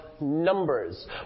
Numbers